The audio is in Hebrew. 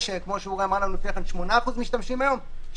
הוא בא להקל אבל לא משתמשים בו ואנחנו עסוקים בלשווק את זה.